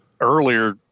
earlier